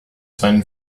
seinen